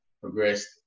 progressed